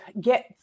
get